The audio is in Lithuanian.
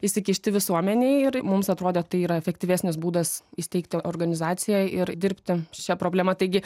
įsikišti visuomenei ir mums atrodė tai yra efektyvesnis būdas įsteigti organizaciją ir dirbti su šia problema taigi